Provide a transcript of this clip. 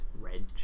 red